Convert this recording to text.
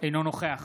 אינו נוכח